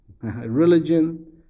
religion